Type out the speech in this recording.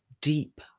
deep